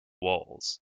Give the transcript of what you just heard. walls